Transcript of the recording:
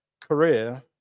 career